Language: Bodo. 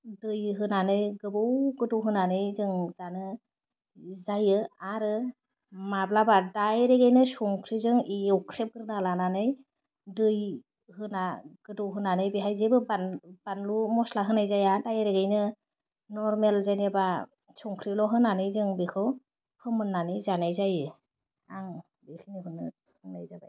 दै होनानै गोबाव गोदौहोनानै जों जानो जि जायो आरो माब्लाबा डाइरेक्टगैनो संख्रिजों एवख्रेबग्रोना लानानै दै होना गोदौहोनानै बेहाय जेबो बान बानलु मस्ला होनाय जाया डाइरेक्टगैनो नरमेल जेनेबा संख्रिल' होनानै जों बेखौ फोमोननानै जानाय जायो आं बेखिनिखौनो बुंनाय जाबाय